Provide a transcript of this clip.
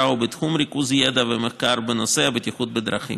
ובתחום ריכוז ידע ומחקר בנושא הבטיחות בדרכים.